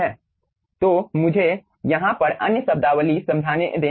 तो मुझे यहाँ पर अन्य नामावती समझाने दें